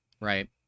Right